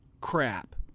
crap